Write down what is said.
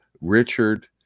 richard